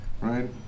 right